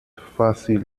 fácil